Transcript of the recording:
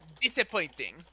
Disappointing